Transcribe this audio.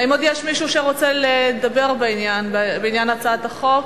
האם יש עוד מישהו שרוצה לדבר בעניין הצעת החוק?